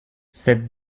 cette